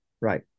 Right